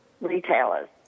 retailers